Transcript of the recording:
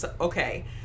okay